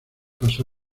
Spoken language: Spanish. pasó